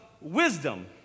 wisdom